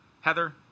Heather